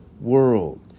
world